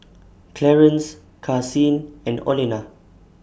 Clarence Karsyn and Olena